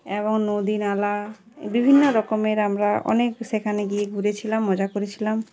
এবং নদী নালা বিভিন্ন রকমের আমরা অনেক সেখানে গিয়ে ঘুরেছিলাম মজা করেছিলাম